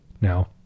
Now